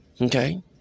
Okay